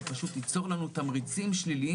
זה פשוט ייצור לנו תמריצים שליליים